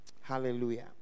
Hallelujah